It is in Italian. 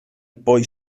poi